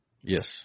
Yes